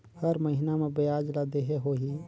हर महीना मा ब्याज ला देहे होही?